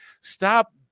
stop